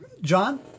John